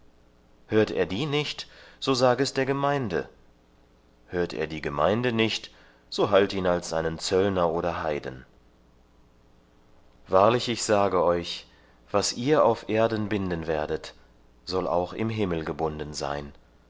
hört er die nicht so sage es der gemeinde hört er die gemeinde nicht so halt ihn als einen zöllner oder heiden wahrlich ich sage euch was ihr auf erden binden werdet soll auch im himmel gebunden sein